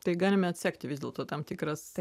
tai galime atsekti vis dėlto tam tikras